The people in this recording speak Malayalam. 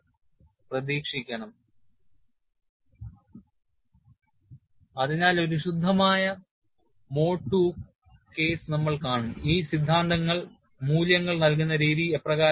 Comparison of crack growth and critical value of KII by MTS and SED അതിനാൽ ഒരു ശുദ്ധമായ മോഡ് II കേസ് നമ്മൾ കാണും ഈ സിദ്ധാന്തങ്ങൾ മൂല്യങ്ങൾ നൽകുന്ന രീതി എപ്രകാരമാണ്